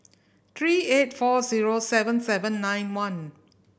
three eight four zero seven seven nine one